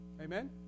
Amen